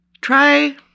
Try